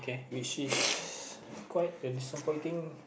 which is quite the disappointing